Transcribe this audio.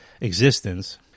existence